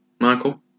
Michael